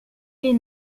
les